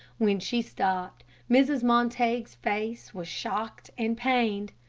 when she stopped, mrs. montague's face was shocked and pained.